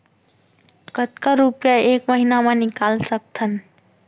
कतका रुपिया एक महीना म निकाल सकथन?